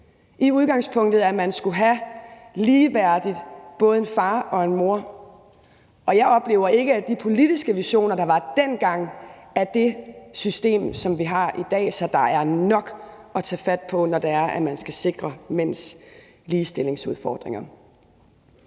i udgangspunktet ligeværdigt skulle have både en far og en mor. Og jeg oplever ikke, at de politiske visioner, der var dengang, er det system, som vi har i dag. Så der er nok at tage fat på, når det er, at man skal løse mænds ligestillingsudfordringer.